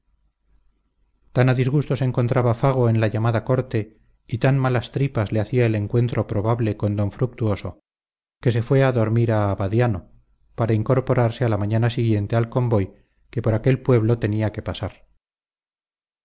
a disgusto se encontraba fago en la llamada corte y tan malas tripas le hacía el encuentro probable con d fructuoso que se fue a dormir a abadiano para incorporarse a la mañana siguiente al convoy que por aquel pueblo tenía que pasar